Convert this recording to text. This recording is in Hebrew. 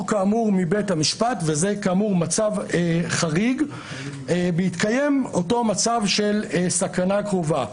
מבית המשפט וזה כאמור מצב חריג בהתקיים אותו מצב של סכנה קרובה.